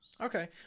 Okay